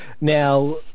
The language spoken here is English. Now